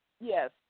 Yes